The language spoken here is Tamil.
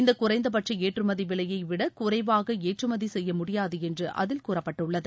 இந்தகுறைந்தபட்சஏற்றுமதிவிலையவிடகுறைவாகஏற்றுமதிசெய்யமுடியாதுஎன்றுஅதில் கூறப்பட்டுள்ளது